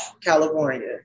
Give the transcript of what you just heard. California